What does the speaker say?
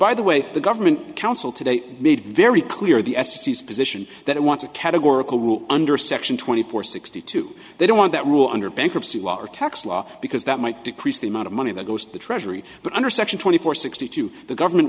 by the way the government council today made very clear the ses position that it wants a categorical rule under section twenty four sixty two they don't want that rule under bankruptcy law or tax law because that might decrease the amount of money that goes to the treasury but under section twenty four sixty two the government